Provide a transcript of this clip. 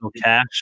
cash